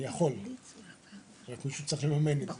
אני יכול, מישהו צריך לממן את זה,